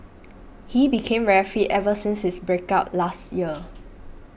he became very fit ever since his break up last year